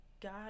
God